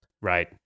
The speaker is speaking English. right